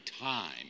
time